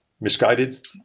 Misguided